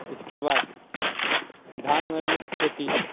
इसके बाद धान में मुख्य खेती